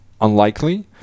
unlikely